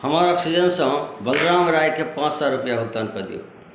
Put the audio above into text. हमर ऑक्सीजन सँ बलराम रॉय के पांच सए रूपैआ भुगतान कऽ दियौ